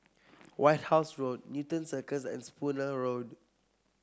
White House Road Newton Circus and Spooner Road